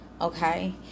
okay